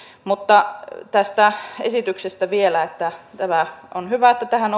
tästä esityksestä vielä että tämä on hyvä että tähän